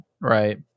Right